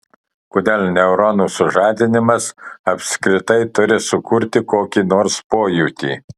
kodėl neuronų sužadinimas apskritai turi sukurti kokį nors pojūtį